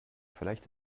vielleicht